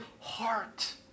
heart